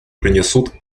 принесут